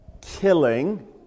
killing